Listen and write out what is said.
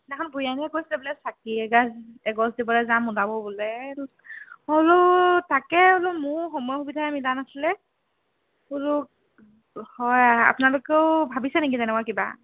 সিদিনাখন ভূঞানীয়ে কৈছিলে বোলে চাকি এগছ দিবলৈ যাম ওলাব বোলে মই বোলো তাকে বোলো মোৰ সময় সুবিধা মিলা নাছিলে বোলো হয় আপোনালোকেও ভাবিছে নেকি তেনেকুৱা কিবা